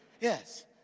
Yes